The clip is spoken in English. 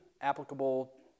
applicable